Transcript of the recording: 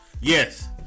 Yes